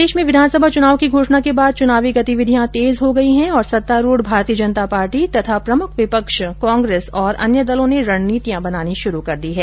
प्रदेश में विधानसभा चुनाव की घोषणा के बाद चुनावी गतिविधियां तेज हो गई है और सत्तारुढ़ भारतीय जनता पार्टी भाजपा तथा प्रमुख विपक्ष कांग्रेस और अन्य दलों ने रणनीतियां बनानी शुरु कर दी हैं